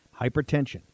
Hypertension